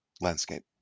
landscape